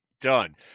done